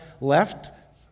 left